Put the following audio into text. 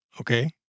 Okay